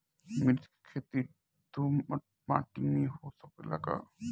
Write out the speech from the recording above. मिर्चा के खेती दोमट माटी में हो सकेला का?